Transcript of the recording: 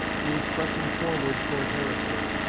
who was pressing forward toward harrisburg,